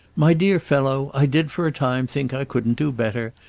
my dear fellow, i did for a time think i couldn't do better,